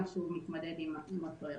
גם כשהוא מתמודד עם אותו אירוע.